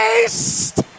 taste